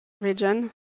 region